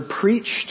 preached